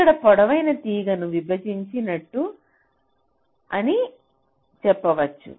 ఇక్కడ పొడవైన తీగను విభజించి నట్టు అని అని చెప్పవచ్చు